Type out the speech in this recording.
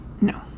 No